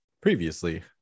previously